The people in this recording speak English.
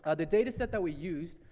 ah the data set that we used,